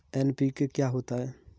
NPK क्या होता है?